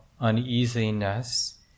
uneasiness